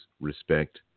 respect